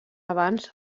abans